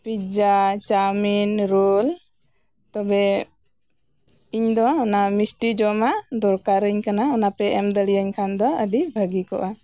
ᱯᱤᱟᱡ chowmein roll ᱛᱚᱵᱮ ᱤᱧᱫᱚ ᱚᱱᱟ ᱢᱤᱥᱴᱤ ᱡᱚᱢᱟᱜ ᱫᱚᱨᱠᱟᱨᱟᱹᱧ ᱠᱟᱱᱟ ᱚᱱᱟᱯᱮ ᱮᱢ ᱫᱟᱲᱤᱭᱟᱹᱧ ᱠᱷᱟᱡ ᱫᱚ ᱟᱹᱰᱤᱜᱤ ᱵᱷᱟᱜᱤ ᱠᱚᱜᱼᱟ